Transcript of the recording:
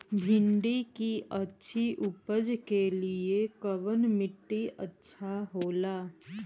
भिंडी की अच्छी उपज के लिए कवन मिट्टी अच्छा होला?